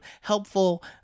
helpful